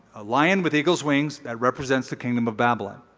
a lion with eagle's wings, that represents the kingdom of babylon.